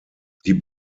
die